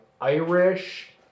Irish